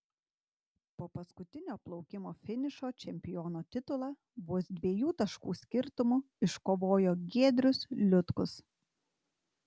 po paskutinio plaukimo finišo čempiono titulą vos dviejų taškų skirtumu iškovojo giedrius liutkus